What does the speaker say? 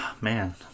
man